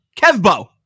Kevbo